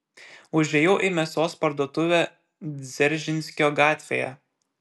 užėjau į mėsos parduotuvę dzeržinskio gatvėje